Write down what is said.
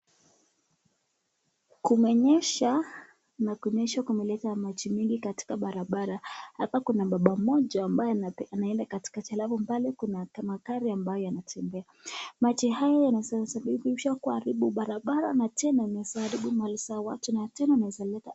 Kumenyesha, na kunyesha kumeleta maji mingi katika barabara. Hapa kuna baba mmoja ambaye anaenda katikati alafu pale Kuna magari ambayo yanatembea. Maji haya yanaweza sambambisha kuaribu barabara, na tena kuharibu mali za watu na tena inaweza lete.